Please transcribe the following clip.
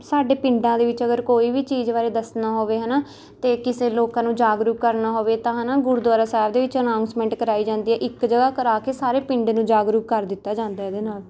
ਸਾਡੇ ਪਿੰਡਾਂ ਦੇ ਵਿੱਚ ਅਗਰ ਕੋਈ ਵੀ ਚੀਜ਼ ਬਾਰੇ ਦੱਸਣਾ ਹੋਵੇ ਹੈ ਨਾ ਅਤੇ ਕਿਸੇ ਲੋਕਾਂ ਨੂੰ ਜਾਗਰੂਕ ਕਰਨਾ ਹੋਵੇ ਤਾਂ ਹੈ ਨਾ ਗੁਰਦੁਆਰਾ ਸਾਹਿਬ ਦੇ ਵਿੱਚ ਅਨਾਊਸਮੈਂਟ ਕਰਵਾਈ ਜਾਂਦੀ ਹੈ ਇੱਕ ਜਗ੍ਹਾ ਕਰਵਾ ਕੇ ਸਾਰੇ ਪਿੰਡ ਨੂੰ ਜਾਗਰੂਕ ਕਰ ਦਿੱਤਾ ਜਾਂਦਾ ਇਹਦੇ ਨਾਲ